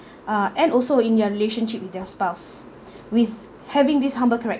uh and also in their relationship with their spouse with having this humble character